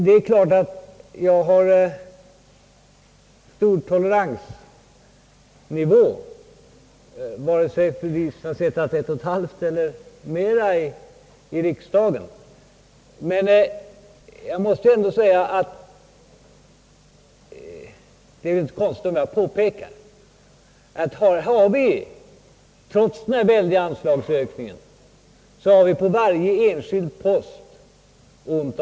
Det är klart att jag har stor toleransnivå, vare sig fru Diesen har suttit ett och ett halvt år eller längre i riksdagen. Men det är väl inte konstigt om jag påpekar att vi trots den väldiga anslagsökningen har ont om pengar på varje enskild post.